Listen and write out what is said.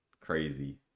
Crazy